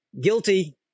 guilty